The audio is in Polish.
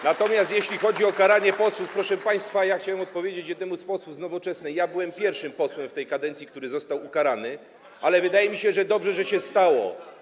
Natomiast jeśli chodzi o karanie posłów, proszę państwa, chciałem powiedzieć jednemu z posłów z Nowoczesnej, że ja byłem pierwszym posłem w tej kadencji, który został ukarany, ale wydaje mi się, że dobrze, że tak się stało.